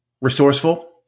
Resourceful